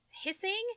hissing